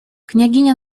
княгиня